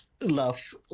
love